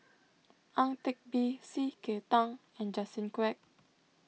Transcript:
Ang Teck Bee C K Tang and Justin Quek